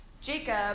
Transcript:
Jacob